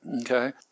Okay